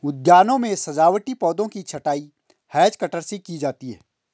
उद्यानों में सजावटी पौधों की छँटाई हैज कटर से की जाती है